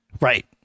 Right